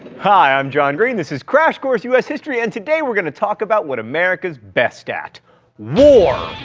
hi, i'm john green, this is crash course us history and today we're going to talk about what america's best at war. ah,